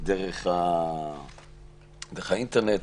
דרך האינטרנט,